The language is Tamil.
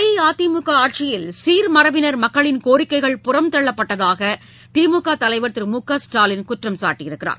அஇஅதிமுக ஆட்சியில் சீர்மரபினர் மக்களின் கோரிக்கைகள் புறந்தள்ளப்பட்டதாக திமுக தலைவர் திரு மு க ஸ்டாலின் குற்றம் சாட்டியுள்ளார்